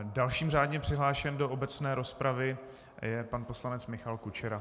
Dalším řádně přihlášeným do obecné rozpravy je pan poslanec Michal Kučera.